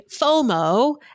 FOMO